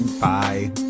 Bye